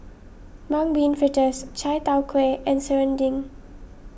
Mung Bean Fritters Chai Tow Kway and Serunding